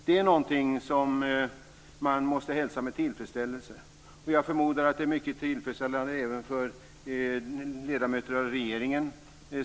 Det är någonting som man måste hälsa med tillfredsställelse. Jag förmodar att det är mycket tillfredsstälande även för ledamöter av regeringen.